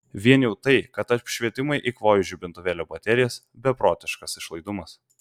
vien jau tai kad apšvietimui eikvoju žibintuvėlio baterijas beprotiškas išlaidumas